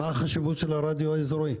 מה החשיבות של הרדיו האזורי?